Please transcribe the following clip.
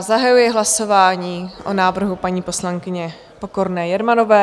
Zahajuji hlasování o návrhu paní poslankyně Pokorné Jermanové.